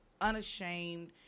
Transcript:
unashamed